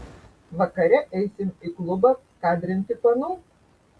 vakare eisim į klubą kadrinti panų